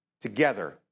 together